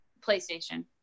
PlayStation